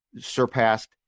surpassed